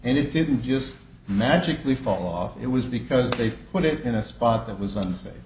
and it didn't just magically fall off it was because they put it in a spot that was unsa